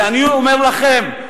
ואני אומר לכם,